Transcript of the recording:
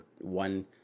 one